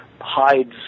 hides